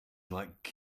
like